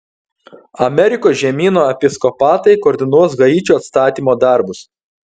amerikos žemyno episkopatai koordinuos haičio atstatymo darbus